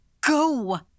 go